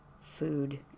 food